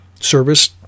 service